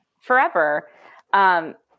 Forever